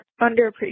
underappreciated